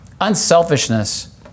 Unselfishness